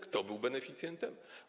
Kto był beneficjentem?